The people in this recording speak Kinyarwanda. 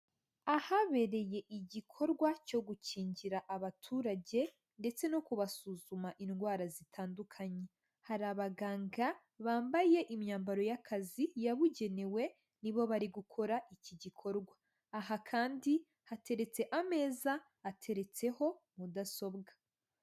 Ahabereye igikorwa cyo gukingira abaturage ndetse no kubasuzuma indwara zitandukanye, hari abaganga bambaye imyambaro y'akazi yabugenewe nibo bari gukora iki gikorwa aha kandi hateretse ameza, ateretseho mudasobwa.